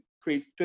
create